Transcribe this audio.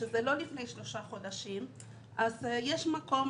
שזה לא לפני שלושה חודשים, אז יש מקום